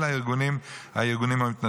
אלא הארגונים המתנדבים.